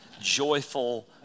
joyful